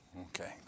Okay